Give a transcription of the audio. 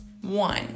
One